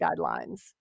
guidelines